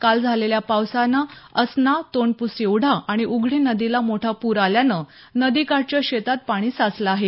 काल झालेल्या पावसानं असना तोंडपुसी ओढा आणि उघडी नदीला मोठा पूर आल्यानं नदीकाठच्या शेतात पाणी साचलेलं आहे